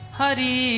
hari